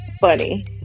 funny